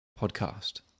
podcast